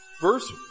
Verse